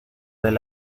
del